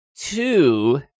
Two